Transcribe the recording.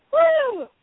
Woo